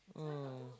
mm